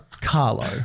Carlo